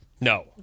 No